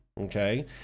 okay